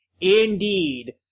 Indeed